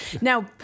Now